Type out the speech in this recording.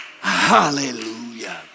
Hallelujah